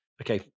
Okay